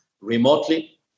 remotely